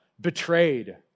betrayed